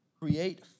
create